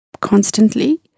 constantly